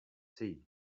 sea